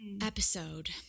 episode